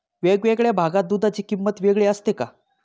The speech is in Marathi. वेगवेगळ्या भागात दूधाची किंमत वेगळी असते का?